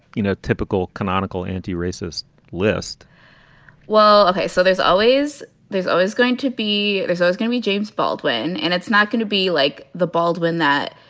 you know, typical canonical anti-racist list well, ok. so there's always there's always going to be there's always going to be james baldwin. and it's not going to be like the baldwin that,